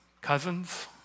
cousins